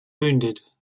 wounded